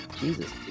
Jesus